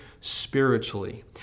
spiritually